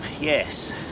yes